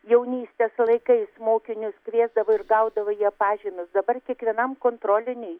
jaunystės laikais mokinius kviesdavo ir gaudavai pažymius dabar kiekvienam kontroliniui